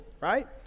right